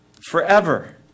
forever